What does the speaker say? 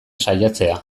saiatzea